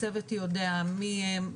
הצוות יודע מי הם,